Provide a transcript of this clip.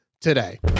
today